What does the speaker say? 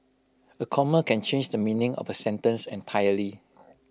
A comma can change the meaning of A sentence entirely